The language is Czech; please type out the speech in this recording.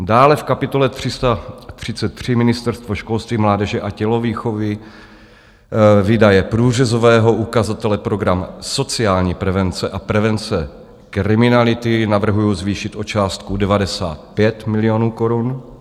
Dále v kapitole 333, Ministerstvo školství mládeže a tělovýchovy, výdaje průřezového ukazatele Program sociální prevence a prevence kriminality, navrhuji zvýšit o částku 95 milionů korun.